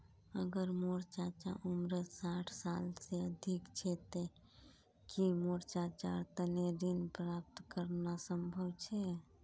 अगर मोर चाचा उम्र साठ साल से अधिक छे ते कि मोर चाचार तने ऋण प्राप्त करना संभव छे?